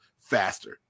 faster